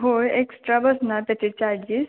हो एक्स्ट्रा बसणार त्याचे चार्जेस